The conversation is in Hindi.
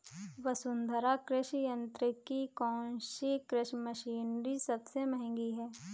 वसुंधरा कृषि यंत्र की कौनसी कृषि मशीनरी सबसे महंगी है?